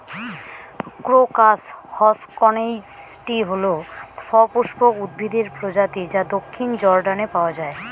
crocus hausknechtii হল সপুষ্পক উদ্ভিদের প্রজাতি যা দক্ষিণ জর্ডানে পাওয়া য়ায়